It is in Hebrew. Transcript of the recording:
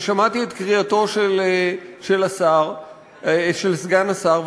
ושמעתי את קריאתו של סגן השר,